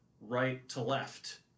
right-to-left